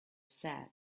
said